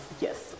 Yes